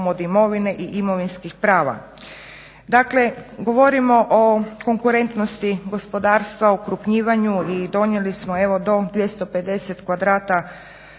od imovine i imovinskih prava. Dakle, govorimo o konkurentnosti gospodarstva, okrupnjivanju i donijeli smo evo do 250 kvadrata,